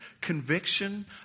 conviction